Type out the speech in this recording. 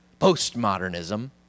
postmodernism